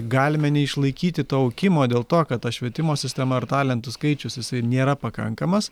galime neišlaikyti to augimo dėl to kad ta švietimo sistema ar talentų skaičius jisai nėra pakankamas